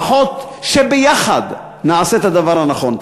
לפחות שביחד נעשה את הדבר הנכון.